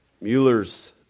Mueller's